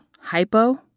hypo